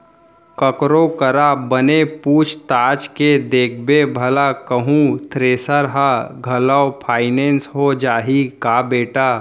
ककरो करा बने पूछ ताछ के देखबे भला कहूँ थेरेसर ह घलौ फाइनेंस हो जाही का बेटा?